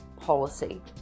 policy